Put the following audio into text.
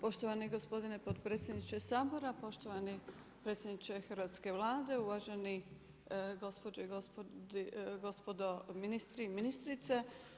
Poštovani gospodine predsjedniče Sabora, poštovani predsjedniče hrvatske Vlade, uvaženi gospođe i gospodo ministri i ministrice.